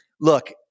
look